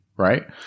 right